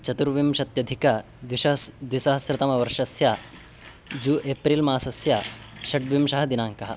चतुर्विंशत्यधिकद्विसहस्रं द्विसहस्रतमवर्षस्य जू एप्रिल् मासस्य षड्विंशतिः दिनाङ्कः